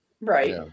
Right